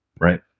right